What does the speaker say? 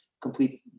complete